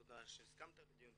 תודה שהסכמת לדיון,